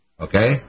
Okay